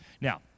Now